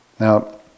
Now